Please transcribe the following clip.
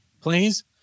please